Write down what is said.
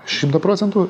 šimtą procentų